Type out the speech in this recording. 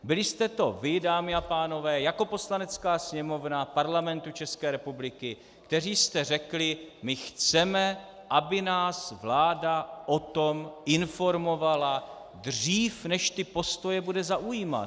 Byli jste to vy, dámy a pánové jako Poslanecká sněmovna Parlamentu České republiky, kteří jste řekli: my chceme, aby nás vláda o tom informovala dřív, než ty postoje bude zaujímat.